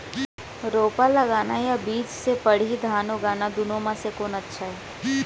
रोपा लगाना या बीज से पड़ही धान उगाना दुनो म से कोन अच्छा हे?